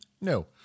No